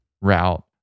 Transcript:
route